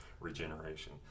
regeneration